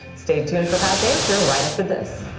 stay tuned for pat's answer right after this.